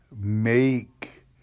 make